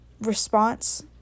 response